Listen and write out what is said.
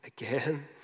Again